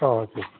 ah okay sir